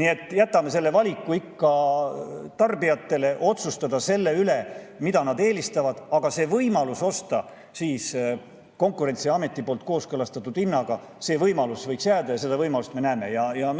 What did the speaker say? Nii et jätame ikka tarbijatele võimaluse otsustada selle üle, mida nad eelistavad, aga see võimalus osta Konkurentsiameti poolt kooskõlastatud hinnaga võiks jääda ja seda võimalust me näeme.